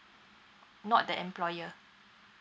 not the employer